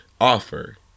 offer